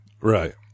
Right